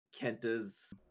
kenta's